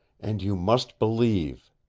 and you must believe.